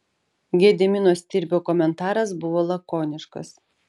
gedimino stirbio komentaras buvo lakoniškas